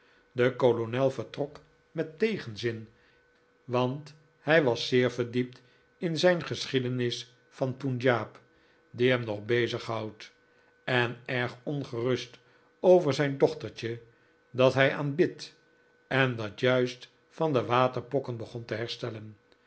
de kolonel vertrok met tegenzin want hij was zeer verdiept in zijn geschiedenis van punjab die hem nog bezig houdt en erg ongerust over zijn dochtertje dat hij aanbidt en dat juist van de waterpokken begon te herstellen